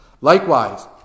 Likewise